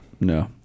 No